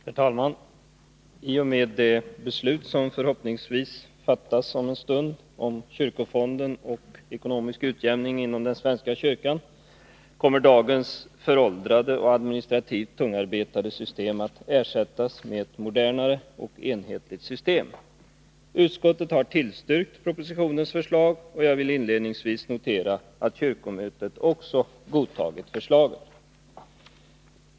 Herr talman! I och med det beslut som förhoppningsvis fattas om en stund beträffande kyrkofonden och ekonomisk utjämning inom svenska kyrkan kommer dagens föråldrade och administrativt tungarbetade system att ersättas med ett modernt och enhetligt system. Utskottet har tillstyrkt propositionens förslag, och jag vill inledningsvis notera att kyrkomötet också godtagit förslaget.